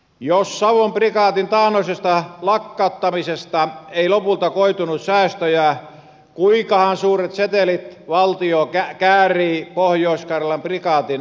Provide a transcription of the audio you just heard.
jos savon prikaatin taannoisesta lakkauttamisesta ei lopulta koitunut säästöjä kuinkahan suuret setelit valtio käärii pohjois karjalan prikaatin lakkauttamisesta